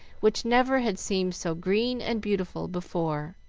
which never had seemed so green and beautiful before.